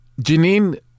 Janine